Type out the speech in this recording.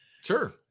sure